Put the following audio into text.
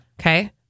Okay